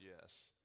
yes